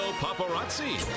paparazzi